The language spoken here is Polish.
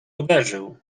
uderzył